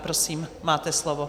Prosím, máte slovo.